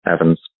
Evans